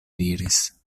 diris